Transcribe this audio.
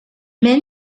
men